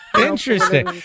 Interesting